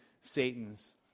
Satan's